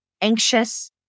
anxious